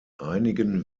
einigen